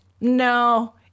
No